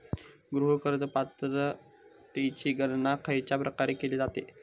गृह कर्ज पात्रतेची गणना खयच्या प्रकारे केली जाते?